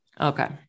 Okay